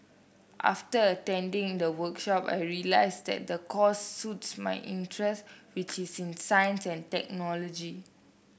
after attending the workshop I realised that the course suits my interest which is in science and technology